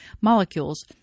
molecules